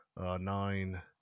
Nine